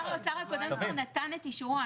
שר האוצר הקודם כבר נתן את אישורו.